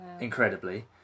incredibly